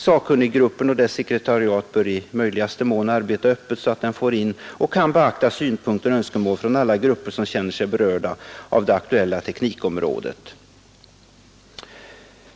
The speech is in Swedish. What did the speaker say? Sakkunniggruppen och dess sekretariat bör i möjligaste mån arbeta öppet, så att den får in och kan beakta synpunkter och önskemål från alla grupper som känner sig berörda av det aktuella teknikområdet.